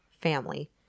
family